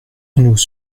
nous